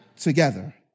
together